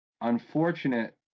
unfortunate